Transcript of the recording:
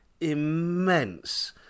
immense